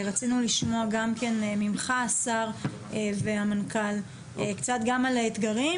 רצינו לשמוע ממך השר ומהמנכ"ל קצת על האתגרים